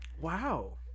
Wow